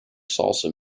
salsa